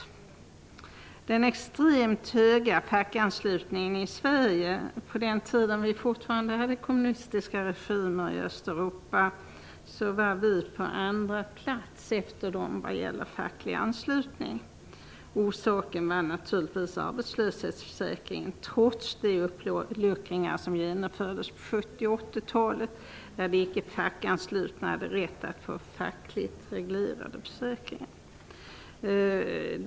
När det gäller den extremt höga fackanslutningen i Sverige intog vi andra plats på den tiden då det fortfarande var kommunistiska regimer i Östeuropa. Orsaken var naturligtvis arbetslöshetsförsäkringen, trots de uppluckringar som genomfördes under 1970 och 1980-talen, då icke fackanslutna fick rätt att få fackligt reglerade försäkringar.